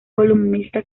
columnista